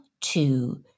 two